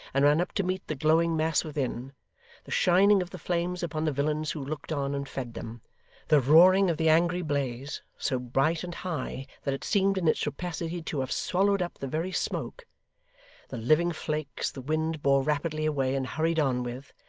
and ran up to meet the glowing mass within the shining of the flames upon the villains who looked on and fed them the roaring of the angry blaze, so bright and high that it seemed in its rapacity to have swallowed up the very smoke the living flakes the wind bore rapidly away and hurried on with,